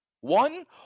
One